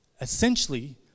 essentially